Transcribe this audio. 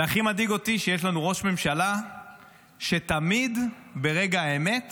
והכי מדאיג אותי שיש לנו ראש ממשלה שתמיד ברגע האמת